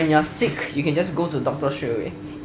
when you are sick you can just go to the doctor straightaway